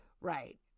right